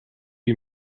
you